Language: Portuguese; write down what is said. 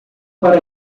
para